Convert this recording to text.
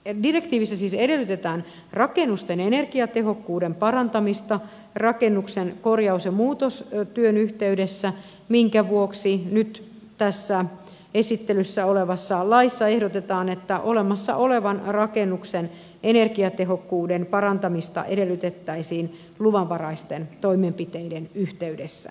en minä ensin se otetaan rakennusten energiatehokkuuden parantamista rakennuksen korjaus ja muutostyön yhteydessä minkä vuoksi nyt tässä esittelyssä olevassa laissa ehdotetaan että olemassa olevan rakennuksen energiatehokkuuden parantamista edellytettäisiin luvanvaraisten toimenpiteiden yhteydessä